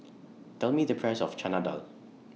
Tell Me The Price of Chana Dal